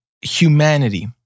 humanity